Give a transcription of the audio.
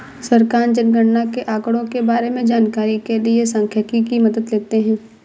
सरकार जनगणना के आंकड़ों के बारें में जानकारी के लिए सांख्यिकी की मदद लेते है